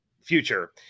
future